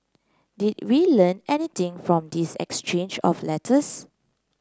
did we learn anything from this exchange of letters